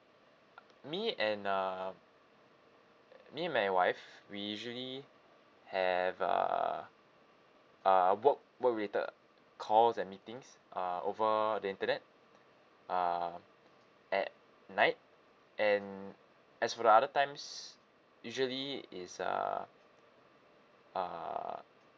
me and uh me and my wife we usually have uh uh work work related calls and meetings uh over the internet uh at night and as for the other times usually is uh uh